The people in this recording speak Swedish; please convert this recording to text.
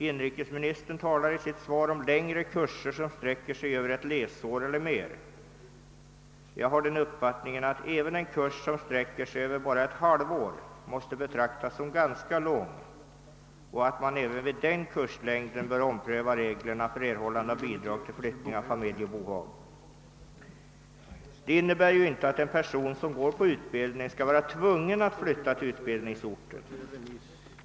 Inrikesministern talar i sitt svar om längre kurser, som sträcker sig över ett läsår eller mer. Jag har den uppfattningen att även en kurs som sträcker sig över ett halvår måste betraktas som ganska lång och att man även vid den kurslängden bör ompröva reglerna för erhållande av bidrag till flyttning av familj och bohag. Det innebär ju inte att en person som går på utbildning skall vara tvungen att flytta till utbildningsorten.